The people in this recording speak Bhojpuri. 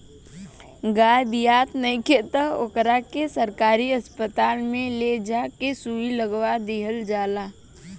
गाय बियात नइखे त ओकरा के सरकारी अस्पताल में ले जा के सुई लगवा दीहल जाला